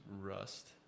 rust